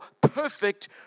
perfect